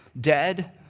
dead